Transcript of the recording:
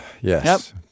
Yes